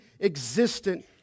existent